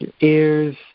ears